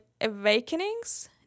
awakenings